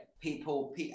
people